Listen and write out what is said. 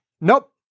nope